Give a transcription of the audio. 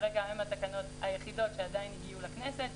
כרגע הן התקנות היחידות שהגיעו לכנסת,